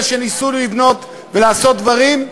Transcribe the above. הרבה מאוד מאלה שניסו לבנות ולעשות דברים,